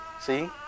See